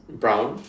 brown